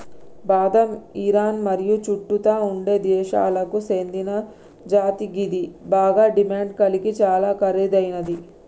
బాదం ఇరాన్ మరియు చుట్టుతా ఉండే దేశాలకు సేందిన జాతి గిది బాగ డిమాండ్ గలిగి చాలా ఖరీదైనది